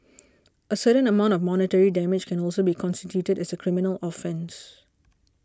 a certain amount of monetary damage can also be constituted as a criminal offence